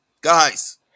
guys